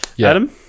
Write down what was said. Adam